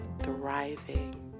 thriving